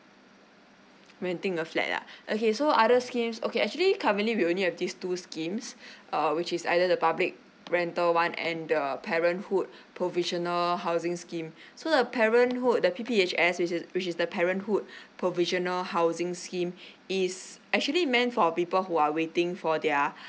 renting a flat ah okay so other schemes okay actually currently we only have these two schemes uh which is either the public rental one and the parenthood provisional housing scheme so the parenthood the P_P_H_S which is which is the parenthood provisional housing scheme is actually meant for people who are waiting for their